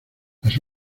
las